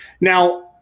Now